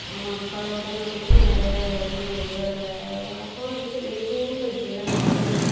ஆமாம் பல இடங்கள்லேயும் நிறைய இடங்கள் வெவ்வேறுராகவும் இருக்குது எங்கள் ஊரில் இப்படிதான் இருக்குது